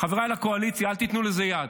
חבריי לקואליציה: אל תיתנו לזה יד,